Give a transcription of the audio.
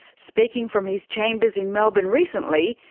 speaking from his chambers in melbourne recently,